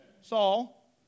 Saul